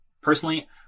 personally